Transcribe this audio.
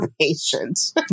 patient